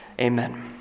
Amen